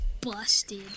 busted